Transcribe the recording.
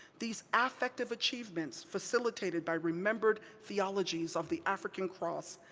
these affective achievements, facilitated by remembered theologies of the african cross,